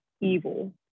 evil